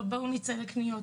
בואו נצא לקניות,